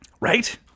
Right